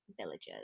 villagers